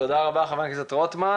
תודה רבה חבר הכנסת רוטמן.